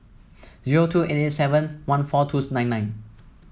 zero two eight eight seven one four twos nine nine